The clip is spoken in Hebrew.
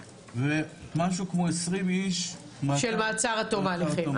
ומשהו כמו 20 איש מעצר עד תום ההליכים.